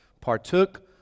partook